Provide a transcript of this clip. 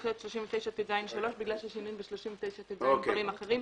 להיות 39טז3 בגלל שיש שינויים ב-39טז בדברים אחרים,